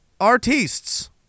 artists